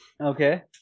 Okay